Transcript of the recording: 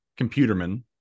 computerman